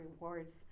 rewards